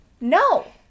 no